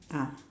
ah